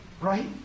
Right